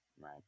Right